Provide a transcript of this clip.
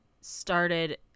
started